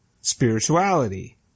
Spirituality